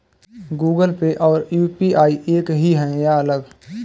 Google Pay और UPI एक ही है या अलग?